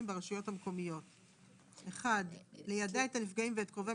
ברשויות המקומיות: (1)ליידע את הנפגעים ואת קרובי